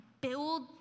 build